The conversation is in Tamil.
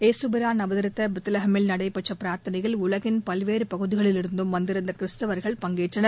இயேசுபிரான் அவதரித்த பெத்லஹேமில் நடைபெற்ற பிரார்த்தனையில் உலகின் பல்வேறு பகுதிகளிலிருந்தும் வந்திருந்த கிறிஸ்தவர்கள் பங்கேற்றனர்